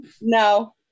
no